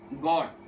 God